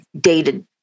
dated